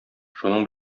шуның